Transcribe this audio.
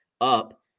up